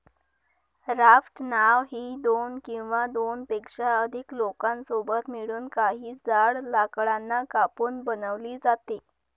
raft नाव ही दोन किंवा दोनपेक्षा अधिक लोकांसोबत मिळून, काही जाड लाकडांना कापून बनवली जाते